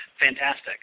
fantastic